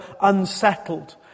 unsettled